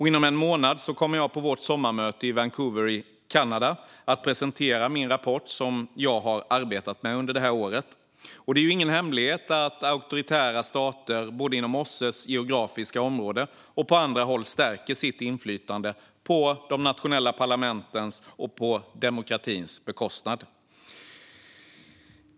Inom en månad kommer jag på vårt sommarmöte i Vancouver i Kanada att presentera den rapport som jag har arbetat med under året. Det är ingen hemlighet att auktoritära stater, både inom OSSE:s geografiska område och på andra håll, stärker sitt inflytande på de nationella parlamentens och demokratins bekostnad.